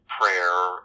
prayer